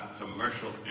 commercial